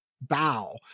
bow